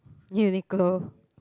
musical